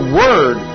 word